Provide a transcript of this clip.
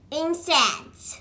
insects